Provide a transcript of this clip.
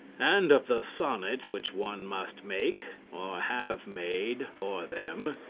and of the sonnets which one must make, or have made, for them.